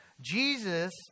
Jesus